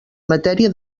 matèria